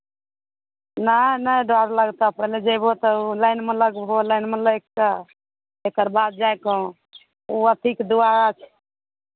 नहि नहि डर लगतह पहिले जेबहौ तऽ ओ लाइनमे लगबौ लाइनमे लागि कऽ तकरबाद जाय कऽ ओ अथीके दुआरा